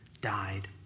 died